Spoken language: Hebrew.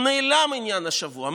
איכשהו נעלם העניין השבוע.